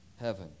heaven